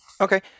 Okay